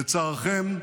לצערכם,